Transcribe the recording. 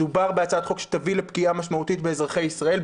מדובר בהצעת החוק שתביא לפגיעה משמעותית באזרחי ישראל,